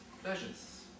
pleasures